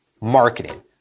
marketing